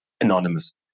Anonymous